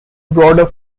broader